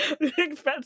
expensive